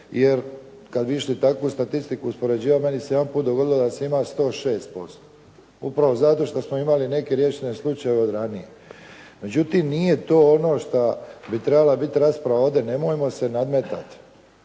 Jer kada bi išli takvu statistiku uspoređivati, meni se jedanputa dogodilo da sam imao 106% upravo zato što smo imali neke riješene slučajeve od ranije. Međutim nije to ono šta bi trebala biti rasprava ovdje, nemojmo se nadmetati,